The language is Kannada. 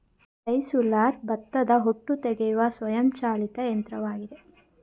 ರೈಸ್ ಉಲ್ಲರ್ ಭತ್ತದ ಹೊಟ್ಟು ತೆಗೆಯುವ ಸ್ವಯಂ ಚಾಲಿತ ಯಂತ್ರವಾಗಿದೆ